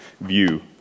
view